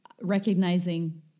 recognizing